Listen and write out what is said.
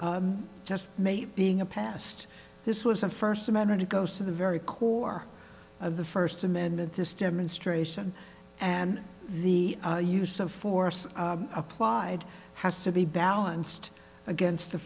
just me being a past this was a first amendment it goes to the very core of the first amendment this demonstration and the use of force applied has to be balanced against the